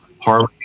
harmony